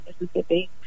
Mississippi